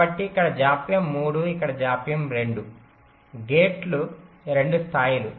కాబట్టి ఇక్కడ జాప్యం 3 ఇప్పుడు జాప్యం 2 గేట్ల 2 స్థాయిలు